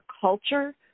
culture